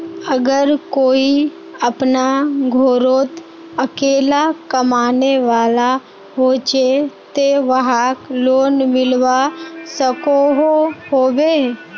अगर कोई अपना घोरोत अकेला कमाने वाला होचे ते वाहक लोन मिलवा सकोहो होबे?